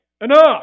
enough